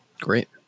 Great